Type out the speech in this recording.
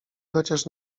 chociaż